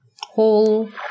whole